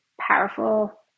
powerful